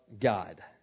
God